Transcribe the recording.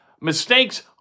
Mistakes